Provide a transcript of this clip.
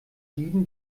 dieben